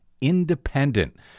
independent